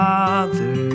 Father